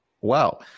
wow